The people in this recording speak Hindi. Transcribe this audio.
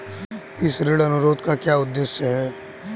इस ऋण अनुरोध का उद्देश्य क्या है?